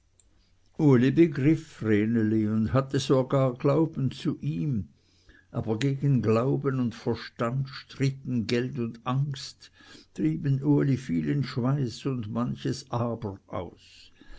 begriff vreneli und hatte sogar glauben zu ihm aber gegen glauben und verstand stritten geld und angst trieben uli vielen schweiß und manches aber aus